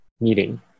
meeting